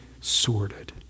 sordid